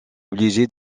obligé